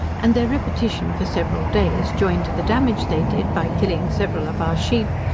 and their repetition for several days, joined to the damage they did, by killing several of our sheep,